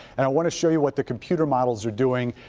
and i want to show you what the computer models are doing,